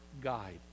guide